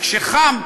וכשחם,